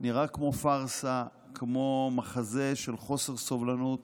נראה כמו פארסה, כמו מחזה של חוסר סובלנות